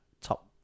top